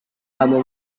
kamu